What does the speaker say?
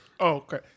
Okay